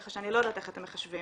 כך שאני לא יודעת איך אתם מקבלים